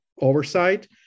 oversight